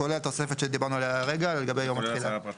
כולל התוספת שדיברנו עליה הרגע לגבי יום התחילה.